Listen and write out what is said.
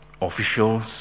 officials